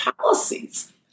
policies